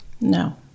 No